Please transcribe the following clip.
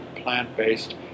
plant-based